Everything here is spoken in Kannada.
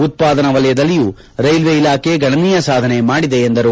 ಉತ್ಪಾದನಾ ವಲಯದಲ್ಲಿಯೂ ರೈಲ್ವೆ ಇಲಾಖೆ ಗಣನೀಯ ಸಾಧನೆ ಮಾಡಿದೆ ಎಂದರು